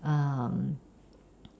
um